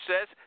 says